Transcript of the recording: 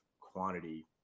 quantity